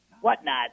whatnot